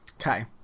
Okay